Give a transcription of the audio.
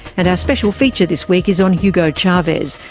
and our special feature this week is on hugo chavez,